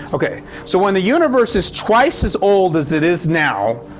ok, so when the universe is twice as old as it is now,